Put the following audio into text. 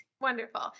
wonderful